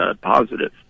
positive